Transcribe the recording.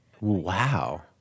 Wow